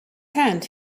hand